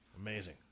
amazing